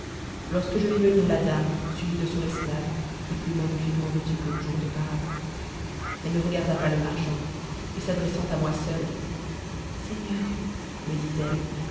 lorsque je vis venir la dame suivie de son esclave et plus magnifiquement vêtue que le jour d'auparavant elle ne regarda pas le marchand et s'adressant à moi seul seigneur me dit-elle